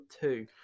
two